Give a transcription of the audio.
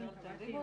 ננעלה